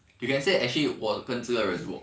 you can say actually 我跟这个人做